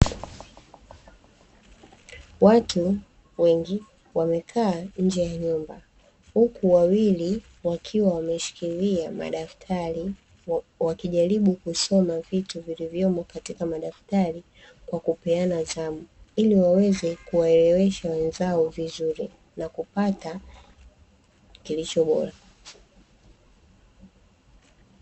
Watu wengi wamekaa nje ya nyumba huku wawili wakiwa wameshikilia madaftari wakijaribu kusoma vitu vilivyomo katika madaftari kwa kupeana zamu ili waweze kuwaelewesha wenzao vizuri na kupata kilicho bora.